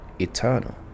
eternal